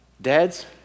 Dads